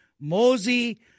Mosey